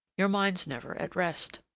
your mind's never at rest.